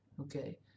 okay